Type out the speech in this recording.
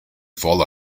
fall